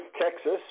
Texas